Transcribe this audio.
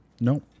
No